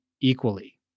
equally